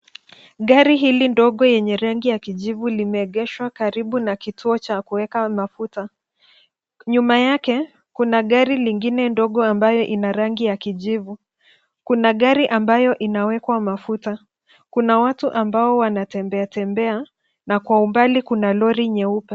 Gari hili ndogo lenye rangi ya kijivu limeegeshwa karibu na kituo cha kuweka mafuta. Nyuma yake kuna gari lingine ndogo ambayo ina rangi ya kijivu. Kuna gari ambayo ina wekwa mafuta. Kuna watu ambao wanatembea tembea na kwa umbali kuna Lori nyeupe.